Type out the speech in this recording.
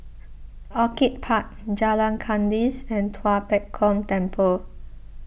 Orchid Park Jalan Kandis and Tua Pek Kong Temple